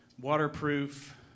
waterproof